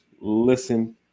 listen